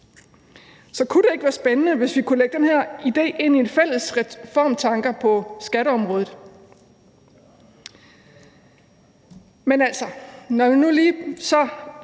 Så kunne det ikke være spændende, hvis vi kunne lægge den her idé ind i fælles reformtanker på skatteområdet?